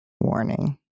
warning